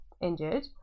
injured